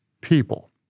people